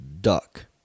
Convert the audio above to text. duck